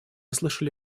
слышали